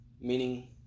meaning